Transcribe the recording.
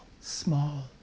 small